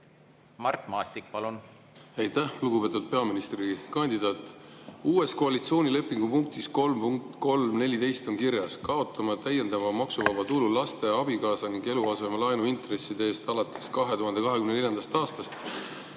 Mart Maastik, palun! Aitäh! Lugupeetud peaministrikandidaat! Uue koalitsioonilepingu punktis 3.3.14 on kirjas: "Kaotame täiendava maksuvaba tulu laste, abikaasa ning eluasemelaenu intresside eest alates 2024. aastast."